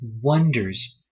wonders